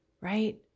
right